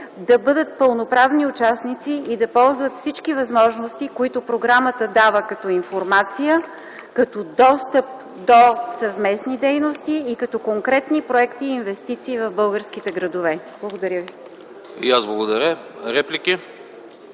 да бъдат пълноправни участници и да ползват всички възможности, които програмата дава като информация, като достъп до съвместни дейности и като конкретни проекти и инвестиции в българските градове. Благодаря ви. ПРЕДСЕДАТЕЛ АНАСТАС